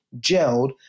gelled